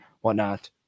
whatnot